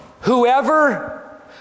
Whoever